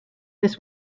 this